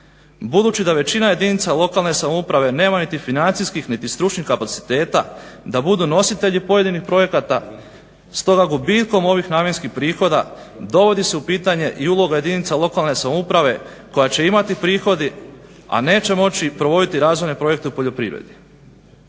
budući da većina jedinica lokalne samouprave nema niti financijskih niti stručnih kapaciteta da budu nositelji pojedinih projekata. Stoga gubitkom ovih namjenskih prihoda dovodi se u pitanje i uloga jedinica lokalne samouprave koja će imati prihod a neće moći provoditi razvojne projekte u poljoprivredi.